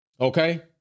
okay